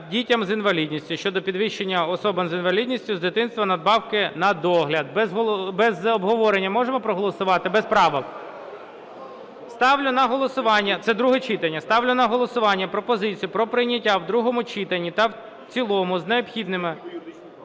дітям з інвалідністю" щодо підвищення особам з інвалідністю з дитинства надбавки на догляд. Без обговорення можемо проголосувати, без правок? Ставлю на голосування… Це друге читання Ставлю на голосування пропозицію про прийняття в другому читанні та в цілому з необхідними